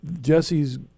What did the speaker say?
Jesse's